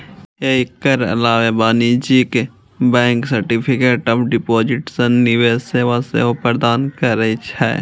एकर अलावे वाणिज्यिक bank certificate of deposit सन निवेश सेवा सेहो प्रदान करै छै